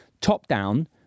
Top-down